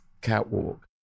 catwalk